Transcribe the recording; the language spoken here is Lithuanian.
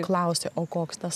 klausė o koks tas